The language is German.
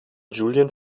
julian